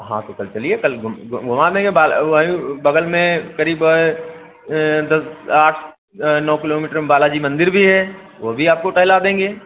हाँ तो कल चालिए कल घूम घुमा देंगे बार व वहीं बग़ल में क़रीब दस आठ नौ किलोमीटर में बालाजी मंदिर भी है वह भी आपको टहला देंगे